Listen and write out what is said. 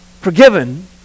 forgiven